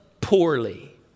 poorly